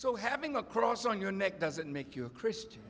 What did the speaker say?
so having a cross on your neck doesn't make you a christian